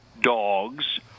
dogs